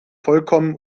vollkommen